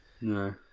no